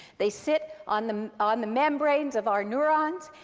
they sit on the on the membranes of our neurons.